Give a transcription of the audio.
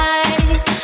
eyes